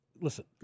Listen